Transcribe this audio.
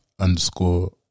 underscore